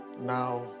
Now